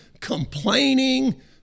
complaining